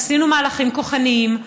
עשינו מהלכים כוחניים,